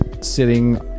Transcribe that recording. sitting